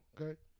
okay